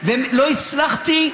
ולא הצלחתי,